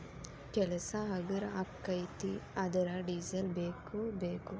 ಕೆಲಸಾ ಹಗರ ಅಕ್ಕತಿ ಆದರ ಡಿಸೆಲ್ ಬೇಕ ಬೇಕು